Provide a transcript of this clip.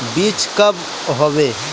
बीज कब होबे?